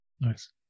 Nice